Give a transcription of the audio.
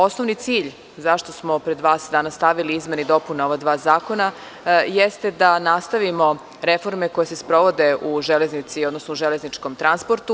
Osnovni cilj zašto smo pred vas danas stavili izmene i dopune ova dva zakona, jeste da nastavimo reforme koje se sprovode u železnici, odnosno u železničkom transportu.